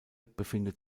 befindet